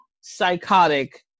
psychotic